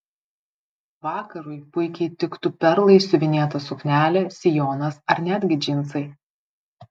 vakarui puikiai tiktų perlais siuvinėta suknelė sijonas ar netgi džinsai